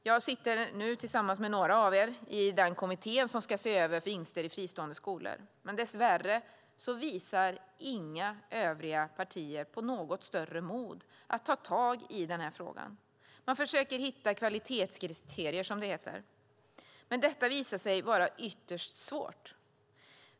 Jag sitter nu, tillsammans med några av er, med i den kommitté som ska se över frågan om vinster i fristående skolor. Dess värre visar inga övriga partier på något större mod att ta tag i den här frågan. Man försöker hitta kvalitetskriterier, som det heter, men detta visar sig vara ytterst svårt.